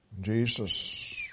Jesus